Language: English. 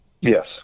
Yes